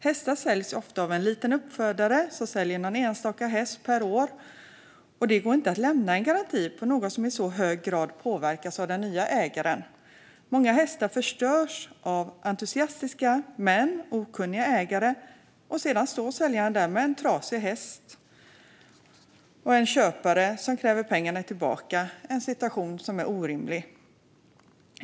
Hästar säljs ofta av en liten uppfödare som säljer någon enstaka häst per år, och det går inte att lämna garanti på något som i så hög grad påverkas av den nya ägaren. Många hästar förstörs av entusiastiska men okunniga ägare, och sedan står säljaren där med en "trasig" häst och en köpare som kräver pengarna tillbaka. Det är en orimlig situation.